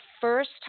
first